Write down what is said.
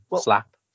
slap